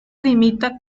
limita